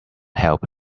help